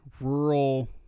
rural